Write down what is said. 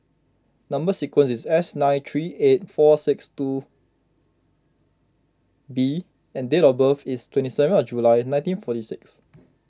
Number Sequence is S nine three eight four six seven two B and date of birth is twenty seven of July nineteen forty six